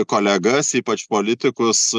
kolegas ypač politikus